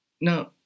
Now